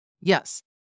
Yes